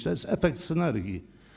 To jest efekt synergii.